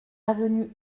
avenue